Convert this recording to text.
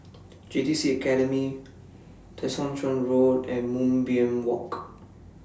J T C Academy Tessensohn Road and Moonbeam Walk